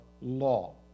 law